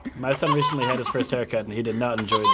my son recently had his first haircut, and he did not enjoy